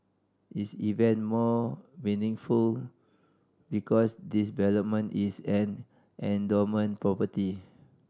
is even more meaningful because this development is an endowment property